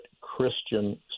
Christian